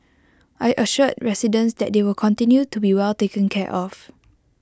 I assured residents that they will continue to be well taken care of